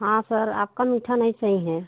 हाँ सर आपका मीठा नहीं सही है